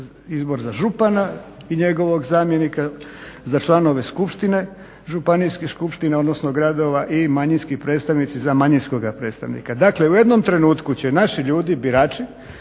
izbor za župana i njegovog zamjenika, za članove skupštine županijskih skupština, odnosno gradova, i manjinski predstavnici za manjinskoga predstavnika. Dakle u jednom trenutku će naši ljudi birači